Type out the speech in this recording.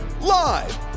Live